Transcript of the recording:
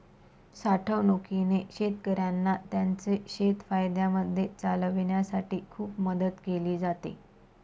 साठवणूकीने शेतकऱ्यांना त्यांचं शेत फायद्यामध्ये चालवण्यासाठी खूप मदत केली आहे